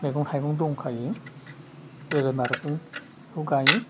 मैगं थाइगं दंखायो जोगोनारबो बेखौ गायो